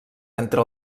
entre